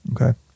okay